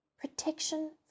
Protection